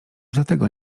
dlatego